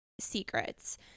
secrets